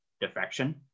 defection